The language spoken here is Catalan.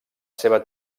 seva